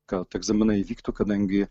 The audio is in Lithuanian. kad egzaminai vyktų kadangi